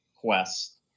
quest